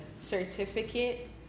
certificate